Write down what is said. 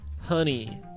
Honey